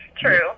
true